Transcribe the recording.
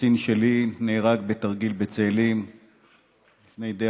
קצין שלי נהרג בתרגיל בצאלים לפני די